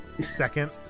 second